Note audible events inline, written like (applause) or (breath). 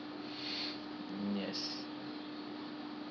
(breath) yes